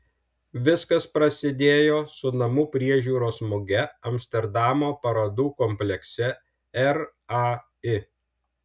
viskas prasidėjo su namų priežiūros muge amsterdamo parodų komplekse rai